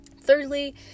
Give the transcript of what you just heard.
Thirdly